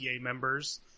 members